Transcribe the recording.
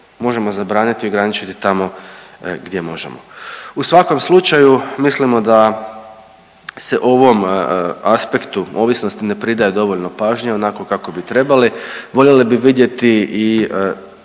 Možemo zabraniti i ograničiti tamo gdje možemo. U svakom slučaju mislimo da se ovom aspektu ovisnosti ne pridaje dovoljno pažnje onako kako bi trebali. Voljeli bi vidjeti i